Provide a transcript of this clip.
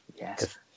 Yes